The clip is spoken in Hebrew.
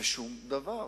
ושום דבר.